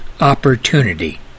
opportunity